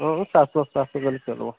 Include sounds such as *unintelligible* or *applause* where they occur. ହଁ ହଁ *unintelligible* କରି ଚାଲିବ